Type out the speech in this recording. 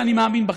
ואני מאמין בכם,